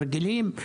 הרגלים,